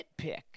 nitpick